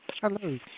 Hello